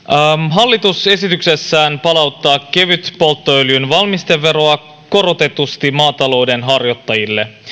hallitus esityksessään palauttaa kevytpolttoöljyn valmisteveroa korotetusti maatalouden harjoittajille